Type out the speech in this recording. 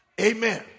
Amen